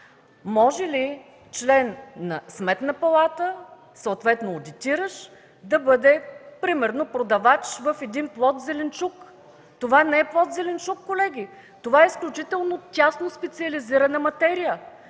може ли член на Сметната палата, съответно одитиращ, да бъде, примерно, продавач в един „Плод-зеленчук”? Това не е „Плод-зеленчук”, колеги! Това е изключително тясноспециализирана материя.